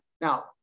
Now